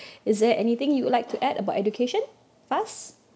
is there anything you would like to add about education Faz